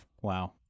Wow